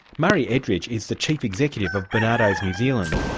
murray edridge is the chief executive of barnados new zealand.